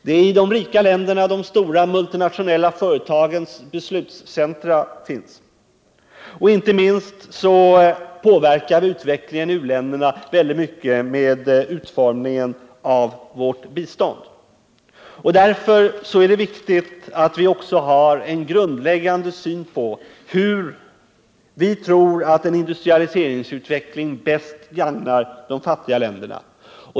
Det är i de rika länderna som de stora multinationella företagens beslutscentra finns, vilka inte minst påverkar utvecklingen i u-länderna väldigt mycket med utformningen av vårt bistånd. Därför är det viktigt att vi har en grundläggande syn på hur vi tror att en industrialiseringsutveckling bäst gagnar de fattiga länderna.